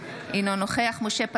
אינו נוכח משה פסל,